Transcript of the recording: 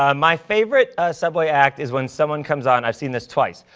um my favorite subway act is when someone comes on i've seen this twice.